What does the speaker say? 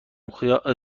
اون